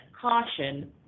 caution